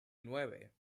nueve